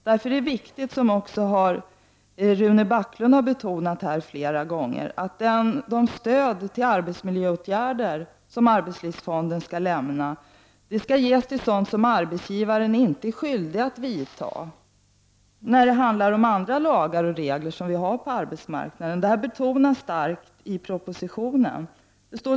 Därför är det viktigt, som Rune Backlund här betonat flera gånger, att arbetslivsfonden ger stöd till arbetsmiljöförbättrande åtgärder som arbetsgivarna inte är skyldiga att vidta enligt andra lagar och regler för arbetsmarknaden. Det betonas starkt i propositionen.